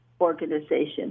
organization